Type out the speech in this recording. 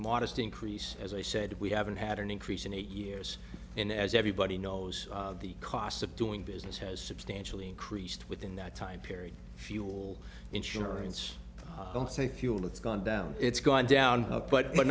modest increase as i said we haven't had an increase in eight years and as everybody knows the cost of doing business has substantially increased within that time period fuel insurance don't say fuel it's gone down it's gone down but